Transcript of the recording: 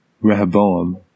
Rehoboam